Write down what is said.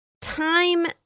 time